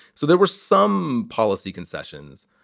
so there were some policy concessions,